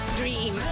dream